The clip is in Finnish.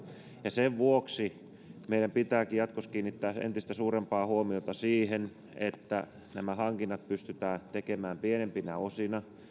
sen vuoksi meidän pitääkin jatkossa kiinnittää entistä suurempaa huomiota siihen että nämä hankinnat pystytään tekemään pienempinä osina